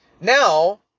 Now